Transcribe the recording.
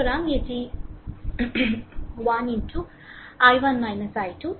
সুতরাং এটি 1 i1 i2